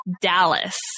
Dallas